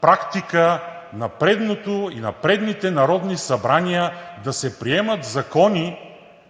практика на предното и на предните народни събрания да се приемат закони